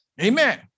Amen